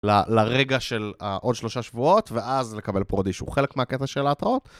לרגע של העוד שלושה שבועות ואז לקבל prod issue חלק מהקטע של ההתראות.